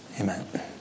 Amen